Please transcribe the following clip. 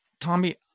Tommy